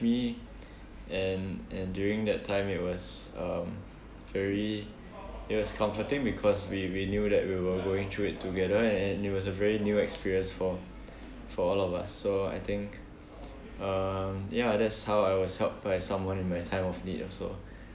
me and and during that time it was um very it was comforting because we we knew that we were going through it together and it was a very new experience for for all of us so I think um yeah that's how I was helped by someone in my time of need also